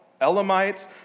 Elamites